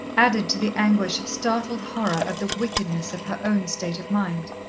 added to the anguish of startled horror at the wickedness of her own state of mind.